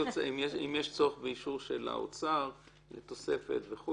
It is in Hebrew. שמצריך אישור של האוצר לתוספת?